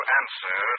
answer